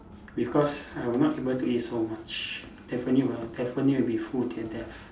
because I will not able to eat so much definitely will definitely will be full till death